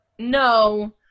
No